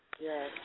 Yes